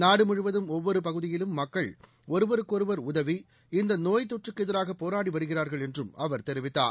நாடு முழுவதும் ஒவ்வொரு பகுதியிலும் மக்கள் ஒருவருக்கொருவர் உதவி இந்த நோய் தொற்றுக்கு எதிராக போராடி வருகிறார்கள் என்றும் அவர் தெரிவித்தார்